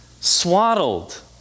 swaddled